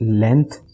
length